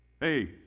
Hey